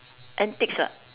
antics ah